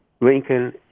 Lincoln